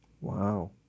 Wow